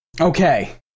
Okay